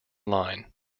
line